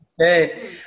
Good